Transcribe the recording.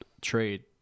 trade